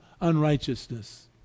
unrighteousness